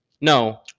No